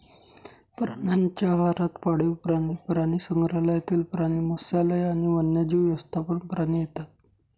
प्राण्यांच्या आहारात पाळीव प्राणी, प्राणीसंग्रहालयातील प्राणी, मत्स्यालय आणि वन्यजीव व्यवस्थापन प्राणी येतात